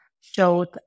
showed